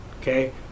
okay